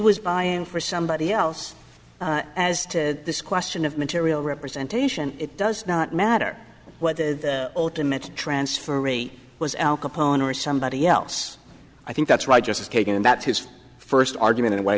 was by and for somebody else as to this question of material representation it does not matter whether the ultimate transfer rate was al capone or somebody else i think that's right justice kagan that's his first argument and why